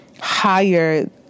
higher